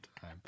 time